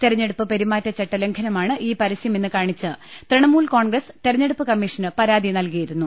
തെരഞ്ഞെടുപ്പ് പെരുമാറ്റച്ചട്ടലംഘനമാണ് ഈ പരസ്യം എന്ന് കാണിച്ച് തൃണമൂൽ കോൺഗ്രസ് തെരഞ്ഞെടുപ്പ് കമ്മീ ഷന് പരാതി നൽകിയിരുന്നു